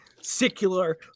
secular